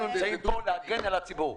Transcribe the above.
אנחנו נמצאים פה להגן על הציבור.